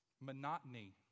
Monotony